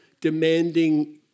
demanding